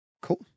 Cool